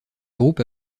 groupe